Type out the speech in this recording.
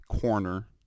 corner